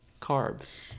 carbs